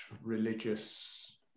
religious